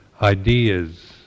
ideas